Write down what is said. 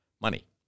money